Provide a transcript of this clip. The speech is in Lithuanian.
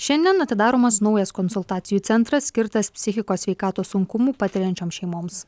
šiandien atidaromas naujas konsultacijų centras skirtas psichikos sveikatos sunkumų patiriančioms šeimoms